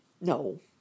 No